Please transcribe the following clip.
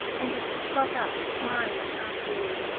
and it was got up smiling after all.